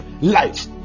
life